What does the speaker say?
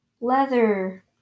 Leather